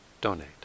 donate